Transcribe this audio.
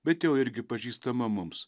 bet jau irgi pažįstama mums